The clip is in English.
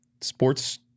sports